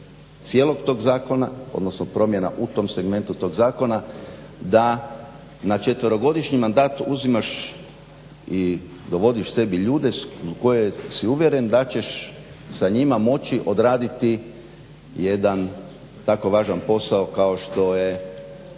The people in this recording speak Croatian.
cijelog zakona, odnosno promjena u tom segmentu tog zakona da na 4-godišnji mandat uzimaš i dovodiš sebi ljude za koje si uvjeren da ćeš sa njima moći odraditi jedan tako važan posao kao što je